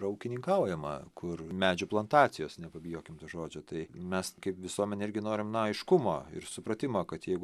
yra ūkininkaujama kur medžių plantacijos nepabijokim žodžio tai mes kaip visuomenė irgi norim na aiškumo ir supratimo kad jeigu